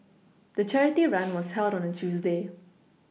the charity run was held on a Tuesday